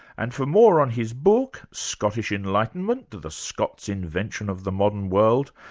and for more on his book, scottish enlightenment the the scots' invention of the modern world,